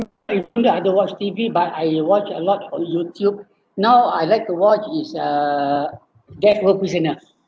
even though I don't watch T_V but I watch a lot of YouTube now I like to watch is uh death of prisoner